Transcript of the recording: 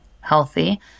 healthy